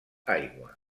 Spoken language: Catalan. aigua